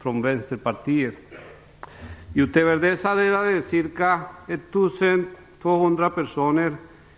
från vänsterpartier. Utöver dessa dödades ca 1 200 personer